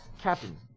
Captain